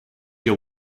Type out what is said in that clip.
your